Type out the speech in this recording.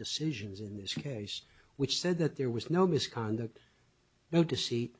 decisions in this case which said that there was no misconduct no deceit